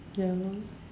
ya lor